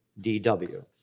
DW